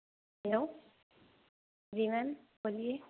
hello ji ma'am बोलिए